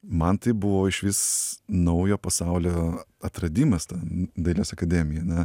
man tai buvo išvis naujo pasaulio atradimas ta dailės akademija na